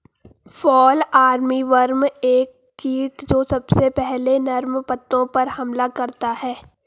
fall armyworm एक कीट जो सबसे पहले नर्म पत्तों पर हमला करता है